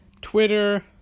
Twitter